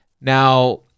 Now